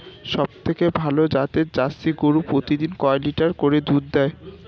সবথেকে ভালো জাতের জার্সি গরু প্রতিদিন কয় লিটার করে দুধ দেয়?